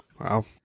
wow